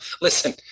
Listen